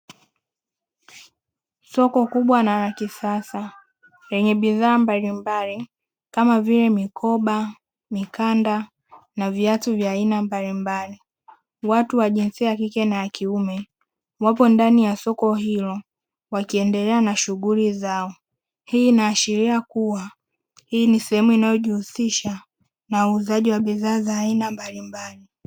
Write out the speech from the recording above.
Soko kubwa na la kisasa lenye bidhaa mbalimbali kama vile mikoba, mikanda na viatu vya aina mbalimbali, watu wa jinsia ya kike na ya kiume wapo ndani ya soko hilo wakiendelea na shughuli zao, hii inaashiria kuwa hii sehemu inayojihusisha na uuzaji wa bidhaa za aina mbalimbali.